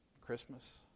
Christmas